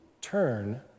turn